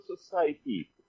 society